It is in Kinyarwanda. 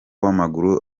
w’amaguru